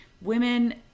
Women